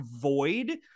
void